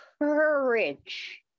courage